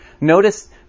notice